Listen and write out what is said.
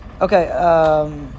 Okay